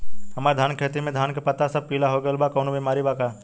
हमर धान के खेती में धान के पता सब पीला हो गेल बा कवनों बिमारी बा का?